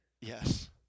yes